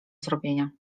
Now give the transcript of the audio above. zrobienia